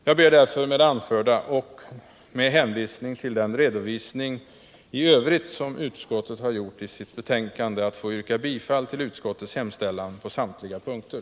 Jag ber därför med det anförda, och med hänvisning till den redovisning som utskottet i övrigt har gjort i sitt betänkande, att få yrka bifall till utskottets hemställan på samtliga punkter.